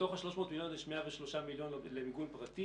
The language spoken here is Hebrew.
מתוך ה-300 מיליון יש 103 מיליון למיגון פרטי.